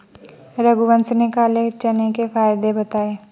रघुवंश ने काले चने के फ़ायदे बताएँ